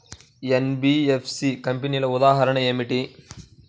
NBFC కంపెనీల ఉదాహరణ ఏమిటి?